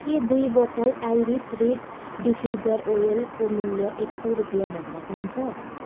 के दुई बोतल आइरिस रिड डिफ्युजर ओइलको मूल्य एक सय रुपियाँभन्दा कम छ